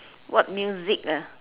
what music ah